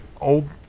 old